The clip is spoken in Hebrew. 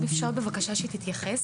אם אפשר בבקשה שלילך תתייחס?